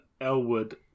Elwood